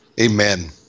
Amen